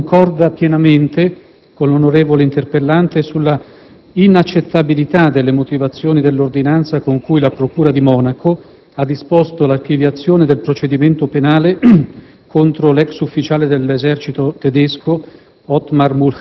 il Governo concorda pienamente con l'onorevole interpellante sulla inaccettabilità delle motivazioni dell'ordinanza con cui la procura di Monaco ha disposto l'archiviazione del procedimento penale contro l'ex ufficiale dell'esercito tedesco,